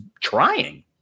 trying